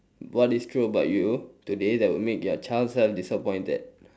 what is true about you today that would make your child self disappointed